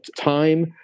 time